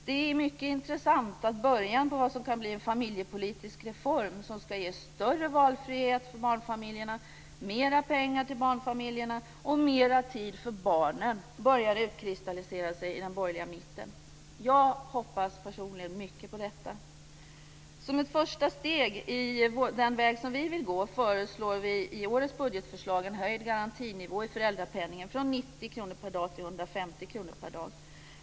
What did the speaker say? Det är mycket intressant att början på vad som kan bli en familjepolitisk reform som ska ge större valfrihet för barnfamiljerna, mera pengar till barnfamiljerna och mera tid för barnen börjar utkristallisera sig i den borgerliga mitten. Jag hoppas personligen mycket på detta. Som ett första steg på den väg som vi vill gå föreslår vi i årets budgetförslag en höjning av garantinivån i föräldraförsäkringen till 150 kr per dag.